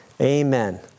Amen